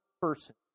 person